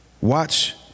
watch